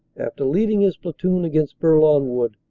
after leading his platoon against bourlon wood,